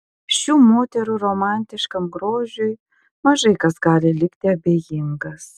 šių moterų romantiškam grožiui mažai kas gali likti abejingas